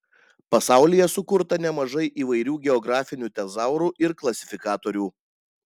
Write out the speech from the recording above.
pasaulyje sukurta nemažai įvairių geografinių tezaurų ir klasifikatorių